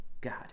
God